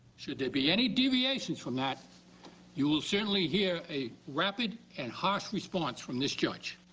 should there be any deviations from that you will certainly hear a rapid and harsh response from this judge.